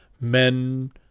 men